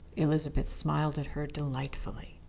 elizabeth smiled at her delightfully.